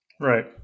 Right